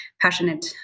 passionate